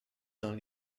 dans